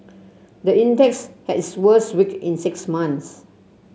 the index had its worst week in six months